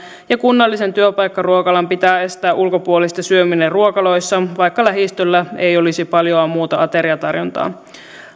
ja kunnallisen työpaikkaruokalan pitää estää ulkopuolisten syöminen ruokaloissa vaikka lähistöllä ei olisi paljoa muuta ateriatarjontaa